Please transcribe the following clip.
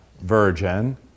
virgin